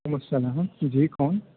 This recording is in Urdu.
وعلیکم السلام جی کون